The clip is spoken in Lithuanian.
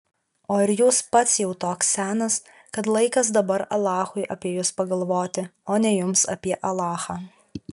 o ir jūs pats jau toks senas kad laikas dabar alachui apie jus pagalvoti o ne jums apie alachą